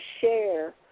share